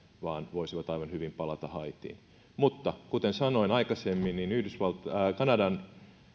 vaan voisivat aivan hyvin palata haitiin mutta kuten sanoin aikaisemmin kanadan